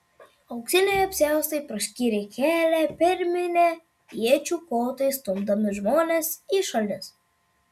auksiniai apsiaustai praskyrė kelią per minią iečių kotais stumdami žmones į šalis